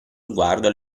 sguardo